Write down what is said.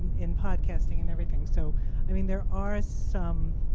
in podcasting and everything. so i mean there are some,